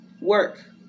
work